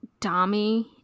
Dami